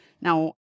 Now